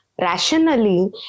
rationally